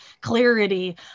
clarity